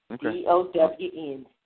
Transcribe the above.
D-O-W-N